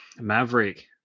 Maverick